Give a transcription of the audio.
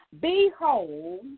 Behold